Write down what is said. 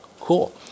cool